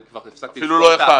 כבר הפסקתי לספור --- אפילו לא אחד.